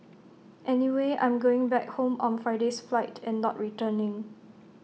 anyway I'm going back home on Friday's flight and not returning